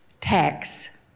tax